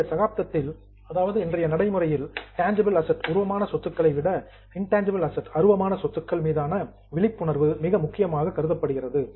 இந்த சகாப்தத்தில் tangible asset உருவமான சொத்துக்களை விட இன்டான்ஜிபிள் அசட் அருவமான சொத்துக்கள் மீதான விழிப்புணர்வு மிக முக்கியமாக கருதப்படுகிறது